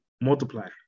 multiply